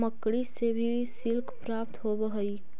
मकड़ि से भी सिल्क प्राप्त होवऽ हई